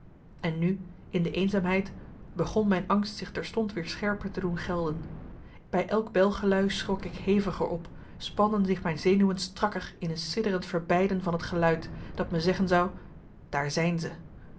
en nu in de eenzaamheid begon mijn angst zich terstond weer scherper te doen gelden bij elk belgelui schrok ik heviger op spanden zich mijn zenuwen strakker in een sidderend verbeiden van het geluid dat me zeggen zou daar zijn ze